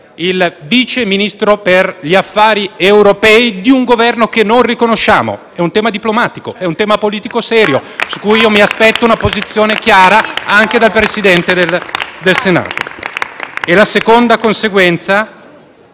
il Vice Ministro per gli affari europei di un Governo che non riconosciamo. È un tema diplomatico e politico serio cui io mi aspetto una posizione chiara anche dal Presidente del Senato. *(Applausi dal